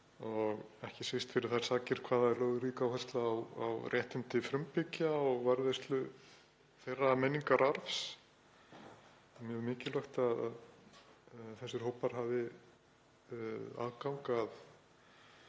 og ekki síst fyrir þær sakir hvað það er lögð rík áhersla á réttindi frumbyggja og varðveislu þeirra menningararfs. Það er mjög mikilvægt að þessir hópar hafi aðgang að